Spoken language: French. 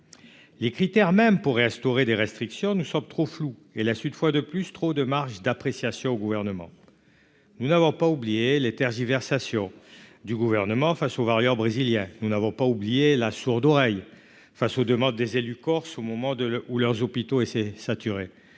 les critères même pour réinstaurer des restrictions, nous sommes trop flou et là c'une fois de plus trop de marge d'appréciation au gouvernement, nous n'avons pas oublié les tergiversations du gouvernement face aux variants brésiliens, nous n'avons pas oublié la sourde oreille face aux demandes des élus corses, au moment de le ou leurs hôpitaux et c'est saturé,